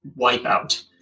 Wipeout